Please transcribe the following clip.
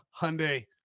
Hyundai